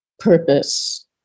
purpose